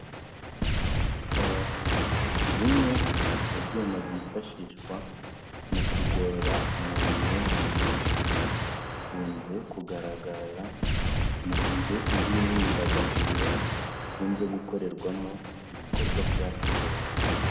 Bimwe mu byuma byifashishwa mu kugorora umubiri w'umuntu, bikunze kugaragara mu nzu z'imyidagaduro zikunze gukorerwamo ibikorwa bya siporo.